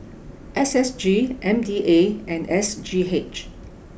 S S G M D A and S G H